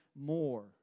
more